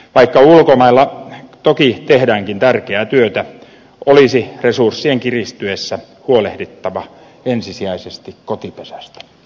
vaikka ulkomailla toki tehdäänkin tärkeää työtä olisi resurssien kiristyessä huolehdittava ensisijaisesti kotipesästä